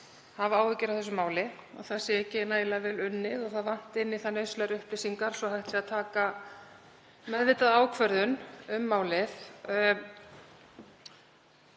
hafa áhyggjur af þessu máli, að það sé ekki nægilega vel unnið og það vanti nauðsynlegar upplýsingar svo hægt sé að taka meðvitaða ákvörðun um málið.